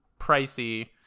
pricey